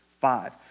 five